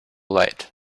light